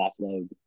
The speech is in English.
offload